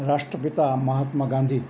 રાષ્ટ્રપિતા મહાત્મા ગાંધી